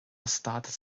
stádas